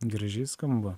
graži skamba